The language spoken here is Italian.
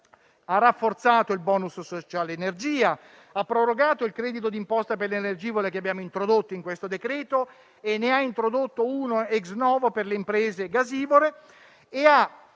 Ha rafforzato il *bonus* sociale energia, ha prorogato il credito d'imposta per le energivore che abbiamo introdotto in questo decreto-legge, ne ha introdotto uno *ex novo* per le imprese gasivore e ha